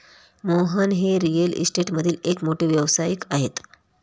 मोहन हे रिअल इस्टेटमधील एक मोठे व्यावसायिक आहेत